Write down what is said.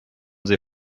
sie